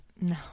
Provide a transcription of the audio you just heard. No